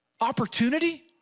opportunity